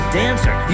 dancer